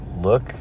look